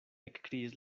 ekkriis